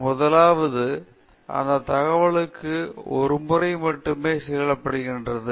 எனவே முதலாவது அந்த தகவலுக்கு ஒரு முறை மட்டுமே செயல்படுகிறது